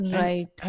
right